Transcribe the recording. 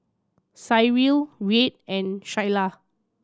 Cyril Reid and Shayla